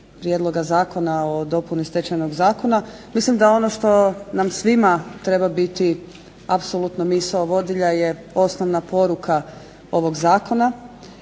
Prijedloga zakona o dopuni Stečajnog zakona. Mislim da ono što nam svima treba biti apsolutno misao vodilja je osnovna poruka ovog zakona.